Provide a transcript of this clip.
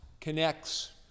connects